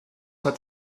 hat